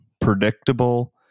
predictable